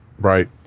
Right